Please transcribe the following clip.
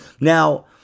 Now